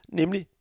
nemlig